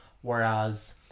whereas